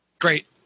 Great